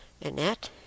Annette